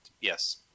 yes